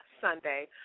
Sunday